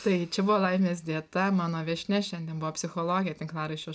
tai čia buvo laimės dieta mano viešnia šiandien buvo psichologė tinklaraščio